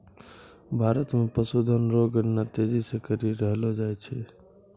भारत मे पशुधन रो गणना तेजी से करी रहलो जाय छै